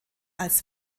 als